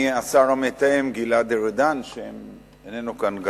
מהשר המתאם גלעד ארדן, שגם כן איננו כאן.